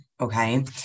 Okay